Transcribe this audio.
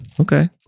Okay